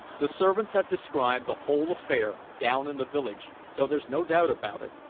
the servants have described the whole affair down in the village, so there's no doubt about it.